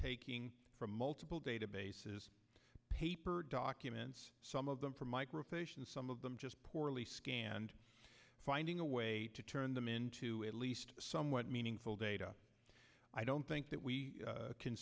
taking from multiple databases paper documents some of them from microfiche and some of them just poorly scanned finding a way to turn them into at least somewhat data i don't think that we can